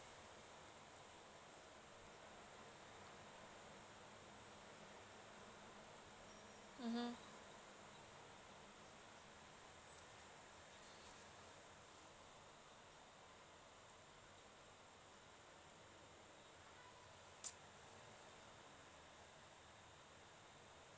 mmhmm